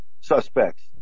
suspects